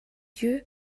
yeux